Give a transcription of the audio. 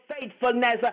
faithfulness